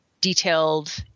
detailed